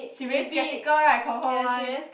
she very skeptical right confirm one